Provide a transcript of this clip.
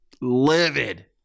livid